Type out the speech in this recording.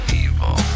evil